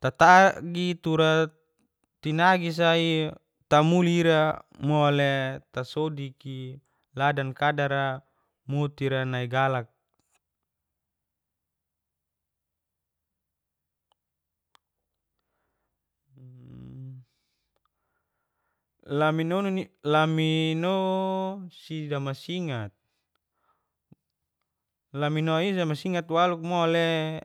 Tatagi tura tinagisai tamuli ira mole tasodiki ladan kadra motira nai galak. lamino sidamasingat, lamini damasingat waluk mole